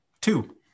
Two